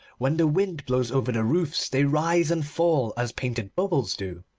when the wind blows over the roofs they rise and fall as painted bubbles do.